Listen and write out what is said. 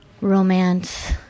romance